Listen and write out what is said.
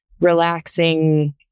relaxing